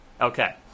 Okay